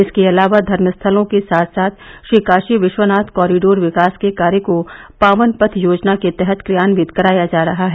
इसके अलावा धर्म स्थलों के साथ साथ श्री काशी विश्वनाथ कॉरीडोर विकास के कार्य को पावन पथ योजना के तहत क्रियान्वित कराया जा रहा है